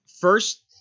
First